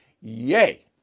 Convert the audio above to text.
Yay